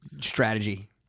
strategy